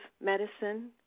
medicine